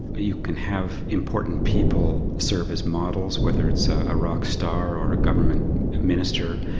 you can have important people serve as models, whether it's a rock star or a government minister.